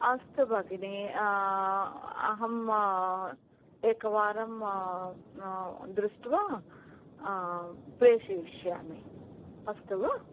अस्तु भगिनि अहं एकवारं दृष्ट्वा प्रेषयिष्यामि अस्तु वा